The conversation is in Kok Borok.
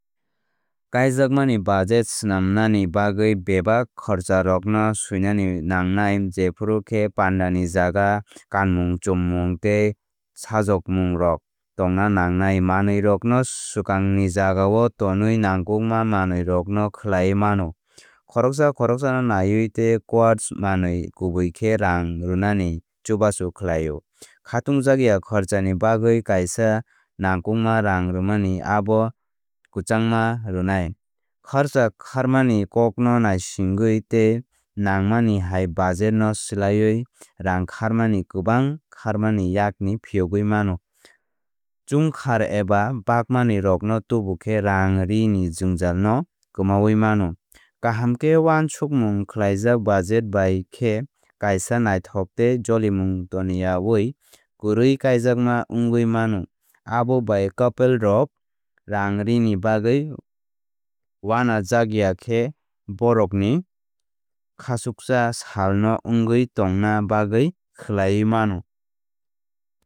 Kaijakmani budget snangnani bagwi bebak kharcharokno swinani nangnai. Jephru khe pandani jaga kanmungchummung tei sajOkmungrok tongna nangnai. Manwirokno swkangni jagao tonwi nangkukma manwirokno khlaiwi mano. Khoroksa khoroksano naiwi tei quotes manwi kubui khe rang rwnani chubachu khlaio. Khatungjakya khorchani bagwi kaisa nangkukma rang rwmani abo kwchangma rwnai. Khorcha kharmani kokno naisigwi tei nangmani hai budget no swlaiwi rang kharmani kwbang kharmani yakni phiyogwi mano. Chungkhar eba bakmani rokno tubukhe rangri ni jwngjal no kwmawi mano. Kaham khe wansukmung khlaijak budget bai khe kaisa naithok tei jolimung toniya oui kwrwi kaijakma wngwi mano. Abo bai couple rok rangrini bagwi uanajakya khe bohrokni khachuksa salno wngwi tongna bagwi khlaiwi mano.